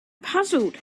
puzzled